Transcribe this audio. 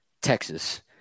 Texas